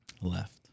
left